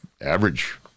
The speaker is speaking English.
average